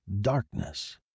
Darkness